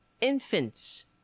infants